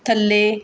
ਥੱਲੇ